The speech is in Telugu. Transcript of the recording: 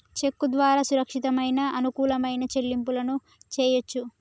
చెక్కు ద్వారా సురక్షితమైన, అనుకూలమైన చెల్లింపులను చెయ్యొచ్చు